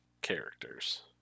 characters